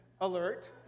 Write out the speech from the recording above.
alert